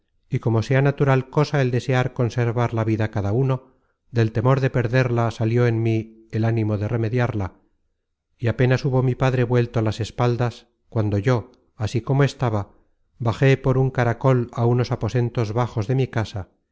y como sea natural cosa el desear conservar la vida cada uno del temor de perderla salió en mí el ánimo de remediarla y content from google book search generated at content from google book search generated at apenas hubo mi padre vuelto las espaldas cuando yo así como estaba bajé por un caracol á unos aposentos bajos de mi casa y